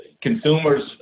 consumers